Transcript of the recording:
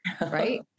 right